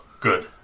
Good